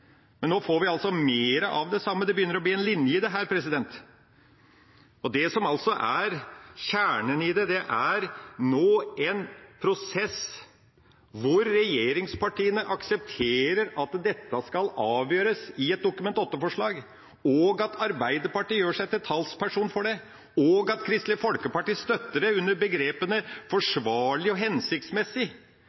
men nå får vi altså mer av det samme. Det begynner å bli en linje i dette. Det som er kjernen i det, er en prosess hvor regjeringspartiene aksepterer at dette skal avgjøres i et Dokument 8-forslag, og at Arbeiderpartiet gjør seg til talsperson for det, og at Kristelig Folkeparti støtter det under begrepene «forsvarlig» og